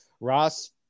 Ross